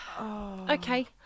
Okay